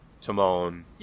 Timon